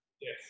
Yes